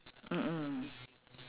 did you try the dessert